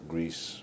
Greece